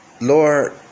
Lord